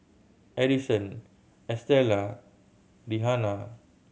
Adison Estela Rihanna